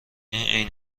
این